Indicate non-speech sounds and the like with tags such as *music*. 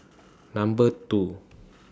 *noise* Number two